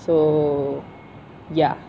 so ya